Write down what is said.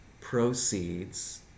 proceeds